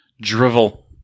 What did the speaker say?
Drivel